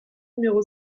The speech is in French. numéro